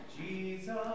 Jesus